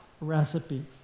Recipe